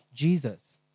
jesus